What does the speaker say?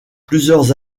plusieurs